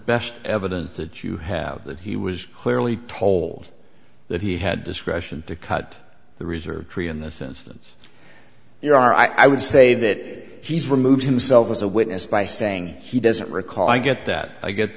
best evidence that you have that he was clearly told that he had discretion to cut the reserve tree in this instance here i would say that he's removed himself as a witness by saying he doesn't recall i get that i get